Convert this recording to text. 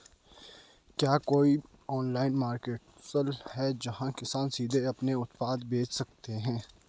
क्या कोई online marketplace है, जहां किसान सीधे अपने उत्पाद बेच सकते हैं?